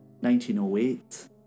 1908